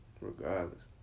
regardless